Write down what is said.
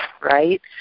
right